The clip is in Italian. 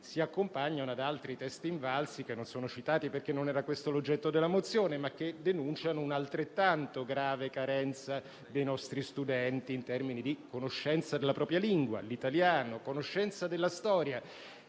si accompagnano ad altri *test* INVALSI che non sono citati, perché non era questo l'oggetto della mozione, ma che denunciano un'altrettanto grave carenza dei nostri studenti in termini di conoscenza della propria lingua (l'italiano) e della storia.